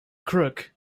crook